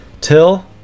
till